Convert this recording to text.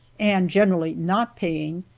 and generally not paying,